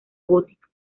gótica